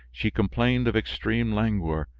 she complained of extreme languor,